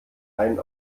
einen